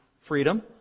freedom